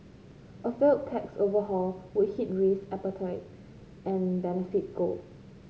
a failed tax overhaul would hit risk appetite and benefit gold